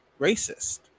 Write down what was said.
racist